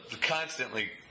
constantly